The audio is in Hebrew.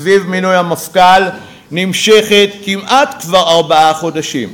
סביב מינוי המפכ"ל נמשכת כבר ארבעה חודשים.